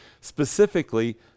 specifically